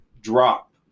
drop